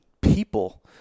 people